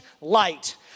light